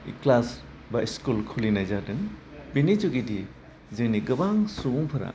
class बा school खुलिनाय जादों बिनि जुगिदि जोंनि गोबां सुबुंफोरा